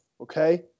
okay